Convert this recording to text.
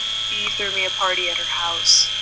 bee threw me a party at her house.